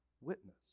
witness